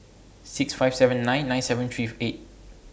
six five seven nine nine seven three eight